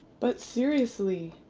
but seriously